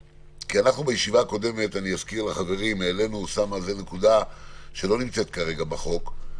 בישיבה הקודמת העלינו נקודה שלא נמצאת כרגע בהצעת החוק: